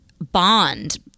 Bond